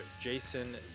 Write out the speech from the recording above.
Jason